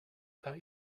that